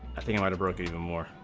three hundred more